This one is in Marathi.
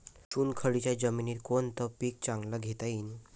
चुनखडीच्या जमीनीत कोनतं पीक चांगलं घेता येईन?